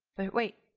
but wait,